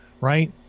right